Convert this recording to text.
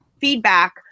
feedback